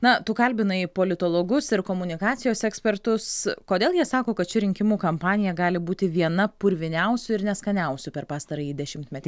na tu kalbinai politologus ir komunikacijos ekspertus kodėl jie sako kad ši rinkimų kampanija gali būti viena purviniausių ir neskaniausių per pastarąjį dešimtmetį